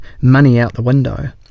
money-out-the-window